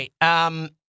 right